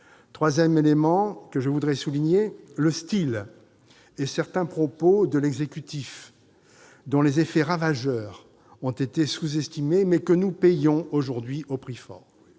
troisième élément que je voudrais souligner, c'est le style et certains propos de l'exécutif, dont les effets ravageurs ont été sous-estimés, mais que nous payons aujourd'hui au prix fort.